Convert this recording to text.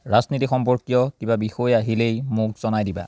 ৰাজনীতি সম্পৰ্কীয় কিবা বিষয় আহিলেই মোক জনাই দিবা